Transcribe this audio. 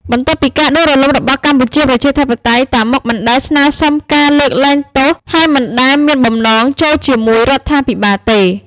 បន្ទាប់ពីការដួលរលំរបស់កម្ពុជា ប្រជាធិបតេយ្យ តាម៉ុក មិនដែលស្នើសុំការ លើកលែងទោស ហើយមិនដែលមានបំណង ចូលជាមួយរដ្ឋាភិបាលទេ។